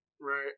Right